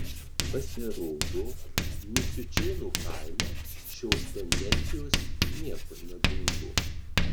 pasirodo misiučėnų kaime šios tendencijos niekur nedingo